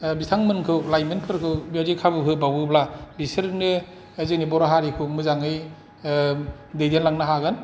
बिथां मोनैखौ लाइमोन फोरखौ बेबादि खाबु होबावोब्ला बिसोरनो जोंनि बर' हारिखौ मोजाङै दैदेनलांनो हागोन